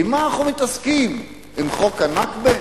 במה אנחנו מתעסקים, עם חוק הנכבה?